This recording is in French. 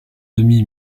demi